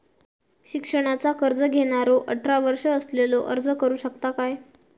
शिक्षणाचा कर्ज घेणारो अठरा वर्ष असलेलो अर्ज करू शकता काय?